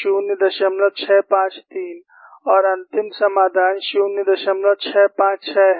K I है 0653 और अंतिम समाधान 0656 है